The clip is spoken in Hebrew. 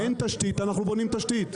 אין תשתית - אנחנו בונים תשתית.